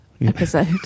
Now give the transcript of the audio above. episode